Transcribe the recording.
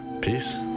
peace